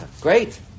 great